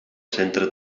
centre